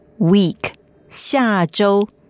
Week,下周